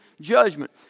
judgment